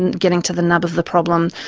and getting to the nub of the problem,